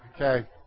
Okay